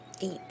eat